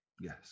Yes